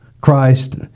Christ